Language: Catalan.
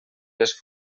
les